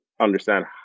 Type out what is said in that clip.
understand